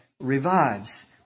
revives